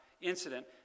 incident